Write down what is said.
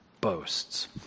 boasts